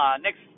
next